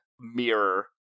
mirror